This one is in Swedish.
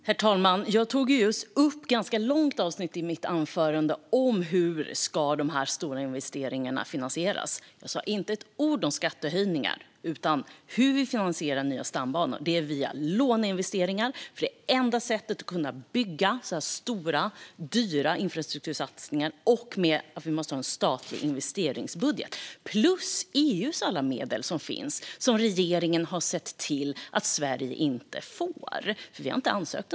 Herr talman! Jag talade ganska länge i mitt anförande om hur dessa stora investeringar ska finansieras, och jag sa inte ett ord om skattehöjningar. Nya stambanor ska finansieras genom låneinvesteringar och en statlig investeringsbudget, för det är enda sättet att kunna göra sådana här stora och dyra infrastruktursatsningar. Dessutom finns EU-medel, men dem har regeringen sett till att Sverige inte får eftersom man inte ansökt om dem.